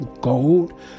gold